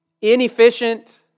inefficient